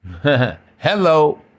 Hello